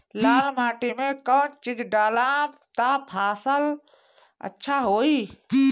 लाल माटी मे कौन चिज ढालाम त फासल अच्छा होई?